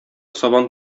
сабан